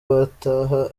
bataha